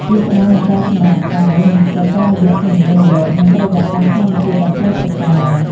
វាផ្ដល់នូវការសម្រាកកាយ និងចិត្ត តាមរយៈសម្លេងរលក និងបរិយាកាសធម្មជាតិដ៏ស្រស់ត្រកាល។